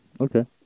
Okay